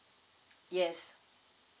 yes